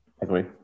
agree